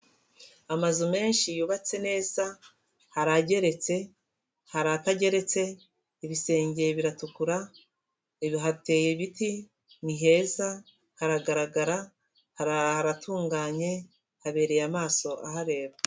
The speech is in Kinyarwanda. Amazu menshi yubatse neza, hari ageretse haratageretse, ibisenge biratukura, ibihateye ibiti ni heza, haragaragara, hararatunganye, habereye amaso ahareba.